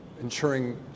ensuring